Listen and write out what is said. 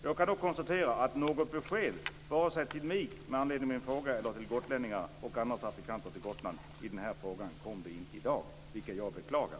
Jag kan konstatera att något besked i den här frågan till mig, gotlänningarna eller andra trafikanter till Gotland, kom inte i dag - vilket jag beklagar.